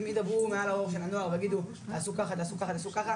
אם ידברו מעל הראש של בני הנוער ויגידו 'תעשו ככה תעשו ככה',